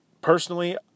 Personally